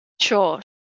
Sure